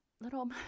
little